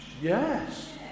Yes